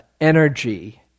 energy